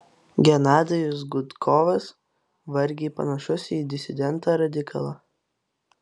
genadijus gudkovas vargiai panašus į disidentą radikalą